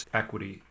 equity